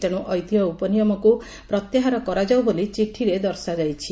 ତେଣୁ ଐତିହ୍ୟ ଉପନିୟମକୁ ପ୍ରତ୍ୟାହାର କାରାଯାଉ ବୋଲି ଚିଠିରେ ଦର୍ଶାଯାଇଛି